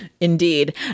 Indeed